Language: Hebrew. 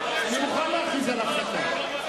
אני מוכן להכריז על הפסקה.